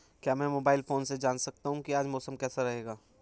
क्या मैं mobile phone से जान सकता हूँ कि आज मौसम कैसा रहेगा?